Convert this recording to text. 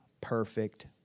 perfect